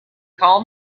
call